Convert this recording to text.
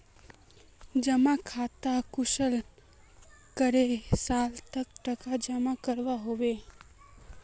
जमा खातात कुंसम करे साल तक टका जमा करवा होबे?